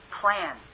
plan